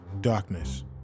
Darkness